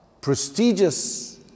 prestigious